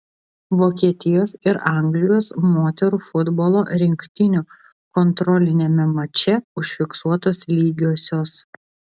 vokietijos ir anglijos moterų futbolo rinktinių kontroliniame mače užfiksuotos lygiosios